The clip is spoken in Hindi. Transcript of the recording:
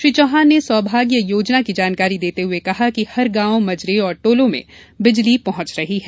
श्री चौहान ने सौभाग्य योजना की जानकारी देते हुए कहा कि हर गाँव मजरे और टोलों में बिजली पहुँच रही है